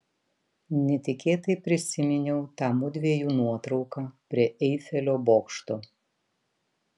netikėtai prisiminiau tą mudviejų nuotrauką prie eifelio bokšto